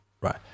right